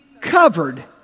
covered